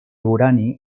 urani